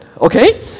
Okay